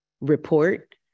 report